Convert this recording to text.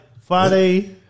Friday